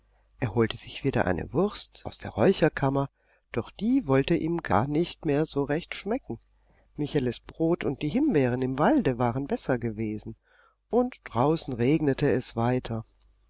er holte sich wieder eine wurst aus der räucherkammer doch die wollte ihm gar nicht mehr so recht schmecken micheles brot und die himbeeren im walde waren besser gewesen und draußen regnete es weiter